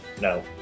No